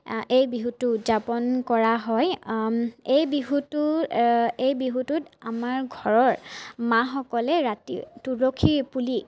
এই বিহুটো উদযাপন কৰা হয় এই বিহুটো এই বিহুটোত আমাৰ ঘৰৰ মাসকলে ৰাতি তুলসীৰ পুলি